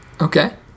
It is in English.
okay